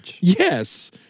Yes